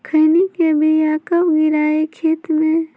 खैनी के बिया कब गिराइये खेत मे?